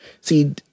See